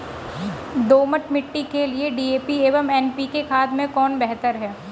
दोमट मिट्टी के लिए डी.ए.पी एवं एन.पी.के खाद में कौन बेहतर है?